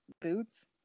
boots